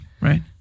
Right